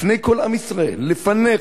לפני כל עם ישראל, לפניך,